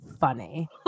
funny